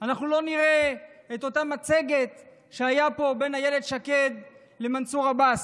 אנחנו לא נראה את אותה מצגת שהייתה פה בין אילת שקד למנסור עבאס.